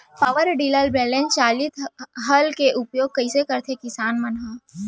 Power tiller बैलेंस चालित हल के उपयोग कइसे करथें किसान मन ह?